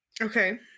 Okay